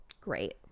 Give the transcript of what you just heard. great